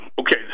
okay